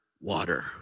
water